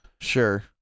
Sure